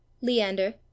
Leander